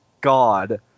god